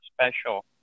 special